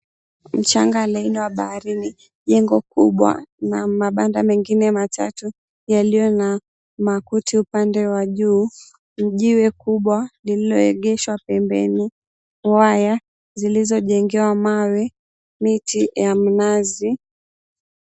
Mchanga laini wa baharini, jengo kubwa na mabanda mengine matatu yaliyo na makuti upande wa juu, jiwe kubwa lililoegeshwa pembeni, waya zilizojengewa mawe, miti ya mnazi.